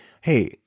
hey